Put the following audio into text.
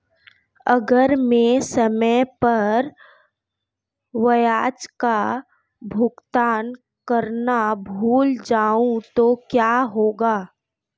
अगर मैं समय पर ब्याज का भुगतान करना भूल जाऊं तो क्या होगा?